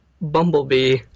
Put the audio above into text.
Bumblebee